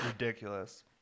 Ridiculous